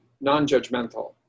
non-judgmental